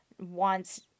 wants